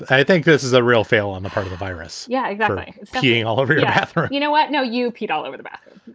i think this is a real fail on the part of the virus. yeah. skiing all over yeah her you know what? no. you peed all over the map